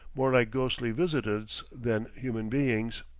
more like ghostly visitants than human beings.